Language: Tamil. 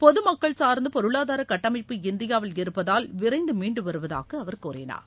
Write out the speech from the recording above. பொது மக்கள் சார்ந்த பொருளாதார கட்டமைப்பு இந்தியாவில் இருப்பதால் விரைந்து மீண்டு வருவதாக அவர் கூறினார்